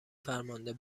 فرمانده